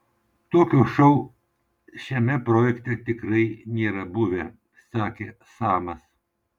tokio šou šiame projekte tikrai nėra buvę sakė samas